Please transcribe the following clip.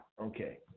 Okay